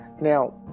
now